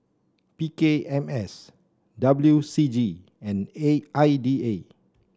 P K M S W C G and A I D A